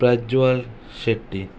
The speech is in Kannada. ಪ್ರಜ್ವಲ್ ಶೆಟ್ಟಿ